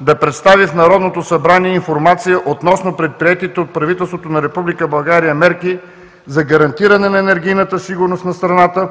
да представи в Народното събрание информация относно предприетите от правителството на Република България мерки за гарантиране на енергийната сигурност на страната